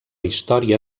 història